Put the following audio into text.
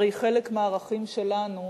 הרי חלק מהערכים שלנו,